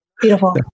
beautiful